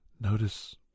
Notice